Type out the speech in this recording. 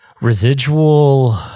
Residual